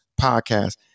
podcast